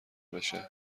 بشه